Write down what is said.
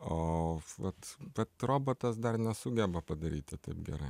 o vat kad robotas dar nesugeba padaryti taip gerai